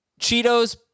Cheetos